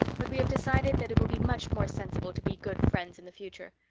but we have decided that it will be much more sensible to be good friends in the future.